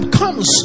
comes